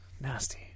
Nasty